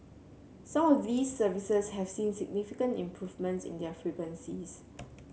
some of these services have seen significant improvements in their frequencies